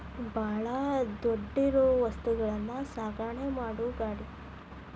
ಬಾಳ ದೊಡ್ಡ ಇರು ವಸ್ತುಗಳನ್ನು ಸಾಗಣೆ ಮಾಡು ಗಾಡಿ